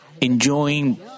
enjoying